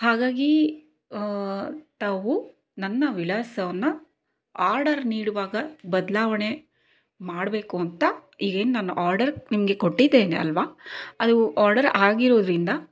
ಹಾಗಾಗಿ ತಾವು ನನ್ನ ವಿಳಾಸವನ್ನು ಆರ್ಡರ್ ನೀಡುವಾಗ ಬದಲಾವಣೆ ಮಾಡಬೇಕು ಅಂತ ಈಗ ಏನು ನಾನು ಆರ್ಡರ್ ನಿಮಗೆ ಕೊಟ್ಟಿದ್ದೇನೆ ಅಲ್ವ ಅದು ಆರ್ಡರ್ ಆಗಿರೋದ್ರಿಂದ